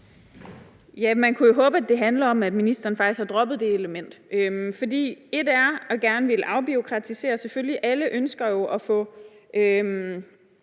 Man kunne jo håbe, at det handler om, at ministeren faktisk har droppet det element. For en ting er, at man gerne vil afbureaukratisere. Alle ønsker jo